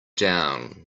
down